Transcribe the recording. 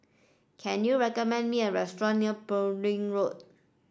can you recommend me a restaurant near Road